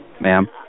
Ma'am